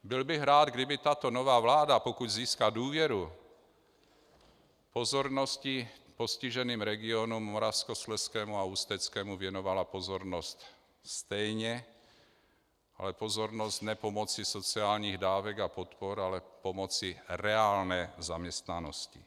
Byl bych rád, kdyby nová vláda, pokud získá důvěru, postiženým regionům moravskoslezskému a ústeckému věnovala pozornost stejně, ale pozornost ne pomocí sociálních dávek a podpor, ale pomocí reálné zaměstnanosti.